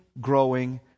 growing